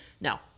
no